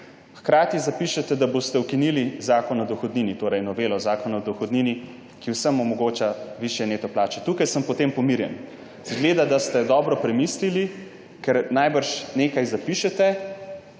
hkrati zapišete, da boste ukinili Zakon o dohodnini, torej novelo Zakona o dohodnini, ki vsem omogoča višje neto plače. Tukaj sem potem pomirjen. Izgleda, da ste dobro premislili, ker verjetno nekaj zapišete